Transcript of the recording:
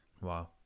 Wow